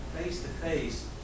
face-to-face